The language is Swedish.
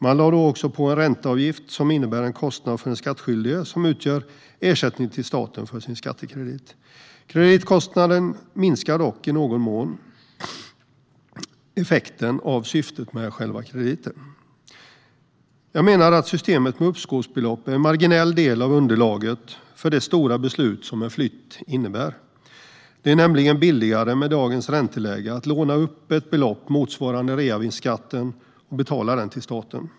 Man lade då också på en ränteavgift, som innebär en kostnad för den skattskyldige och som utgör ersättning till staten för skattekrediten. Kreditkostnaden minskar dock i någon mån effekten av syftet med krediten. Jag menar att systemet med uppskovsbelopp är en marginell del av underlaget för det stora beslut som en flytt innebär. Det är nämligen billigare med dagens ränteläge att låna upp ett belopp motsvarande reavinstskatten och betala den till staten.